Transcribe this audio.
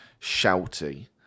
shouty